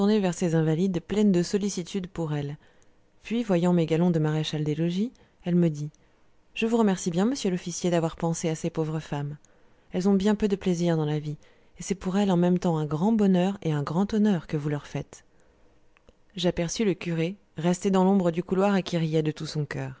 vers ses invalides pleine de sollicitude pour elles puis voyant mes galons de maréchal des logis elle me dit je vous remercie bien monsieur l'officier d'avoir pensé à ces pauvres femmes elles ont bien peu de plaisir dans la vie et c'est pour elles en même temps un grand bonheur et un grand honneur que vous leur faites j'aperçus le curé resté dans l'ombre du couloir et qui riait de tout son coeur